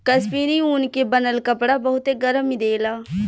कश्मीरी ऊन के बनल कपड़ा बहुते गरमि देला